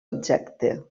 objecte